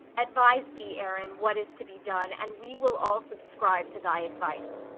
advise thee, aaron, what is to be done, and we will all subscribe to thy advice.